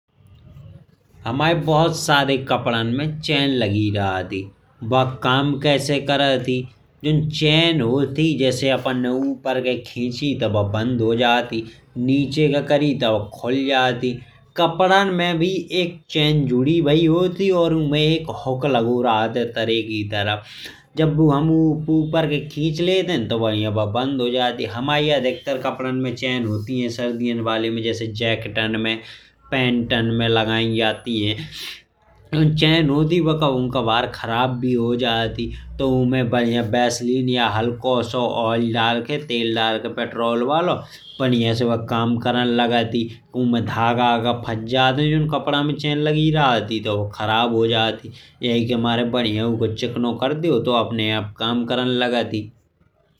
हमाए बहुत सारे कपड़ों में चैन लगी रहत ही बा काम कैसे करात है। जोन चैन होत ही जैसे अपन ऊपर खे खिंची ता बा बंद हो जात ही नीचे खे करी ता बा खुल जात है। कप्पदान में भी एक चैन जुड़ी भाई होत है। और उमहे एक हुक लगो रहत है। तारे की तरफ जब हम ऊपर खे खिंच लेत है तब बा बंद हो जात है। हमाए अधिकतर कपदान में चैन होत है। सर्दियाँ बाले में जैसे जैकेटन में पैंटन में लगाई जात है। जोन चैन होत ही बा कभी कभार खराब भी हो जात ही तो। उमहे बढ़िया वैसलीन या हलको से ऑइल दर्खे तेल दर्खे पेट्रोल दर्खे बस बढ़िया से काम करन लगत। ही दागा आगे फँस जात है जोन चैन लगी रहत है। ता बा खराब हो जात ही यही के मारे बढ़िया उखें चिकनो करदेओ ता अपने आप काम करन लगत है।